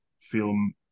film